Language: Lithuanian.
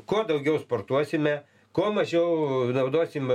kuo daugiau sportuosime kuo mažiau naudosim